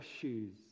shoes